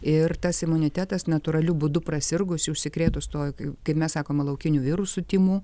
ir tas imunitetas natūraliu būdu prasirgus užsikrėtus tuo kaip mes sakome laukiniu virusu tymų